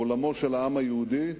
בעולמו של העם היהודי,